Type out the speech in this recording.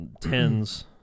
tens